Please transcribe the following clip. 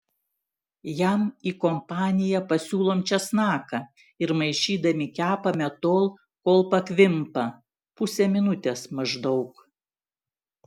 jam į kompaniją pasiūlom česnaką ir maišydami kepame tol kol pakvimpa pusę minutės maždaug